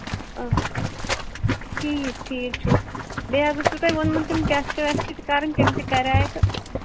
اۭں ٹھیٖک ٹھیٖک چھُ بیٚیہِ حظ اوسوٕ تۄہہِ ووٚنمُت تِم ٹٮ۪سٹ وٮ۪سٹہٕ تہِ کَرٕنۍ تِم تہِ کَریے تہٕ